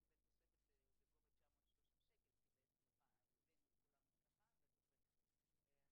הוא קיבל תוספת בגובה 930 כי בעצם הבאנו לכולם את קח"ן ותוספת נוספת.